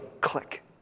Click